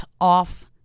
off